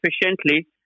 efficiently